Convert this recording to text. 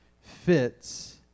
fits